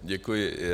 Děkuji.